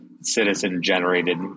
citizen-generated